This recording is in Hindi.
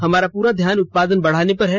हमारा पूरो ध्यान उत्पादन बढ़ाने पर है